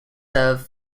serve